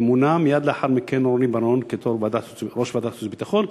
ומייד לאחר מכן מונה רוני בר-און ליושב-ראש ועדת החוץ והביטחון,